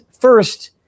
First